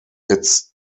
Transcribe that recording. its